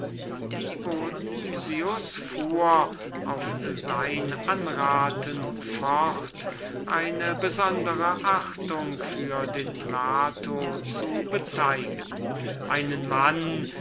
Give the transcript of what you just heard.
fuhr auf sein anraten fort eine besondere achtung für den plato zu bezeugen einen mann